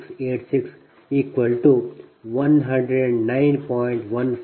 1586